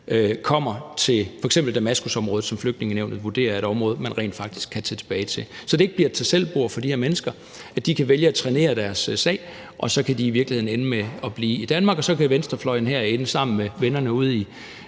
kommer til f.eks. Damaskusområdet, som Flygtningenævnet vurderer er et område, man rent faktisk kan tage tilbage til, og så det ikke bliver et tag selv-bord for de her mennesker, hvor de kan vælge at trænere deres sag og så i virkeligheden kan ende med til at blive i Danmark. Og så kan venstrefløjen herinde sammen med vennerne ude